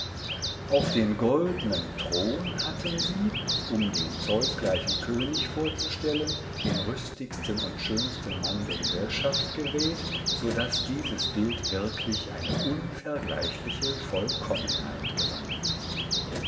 auf den goldnen thron hatten sie um den zeus gleichen könig vorzustellen den rüstigsten und schönsten mann der gesellschaft gewählt so daß dieses bild wirklich eine unvergleichliche vollkommenheit gewann